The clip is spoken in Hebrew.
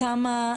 שהפסקנו,